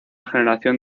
generación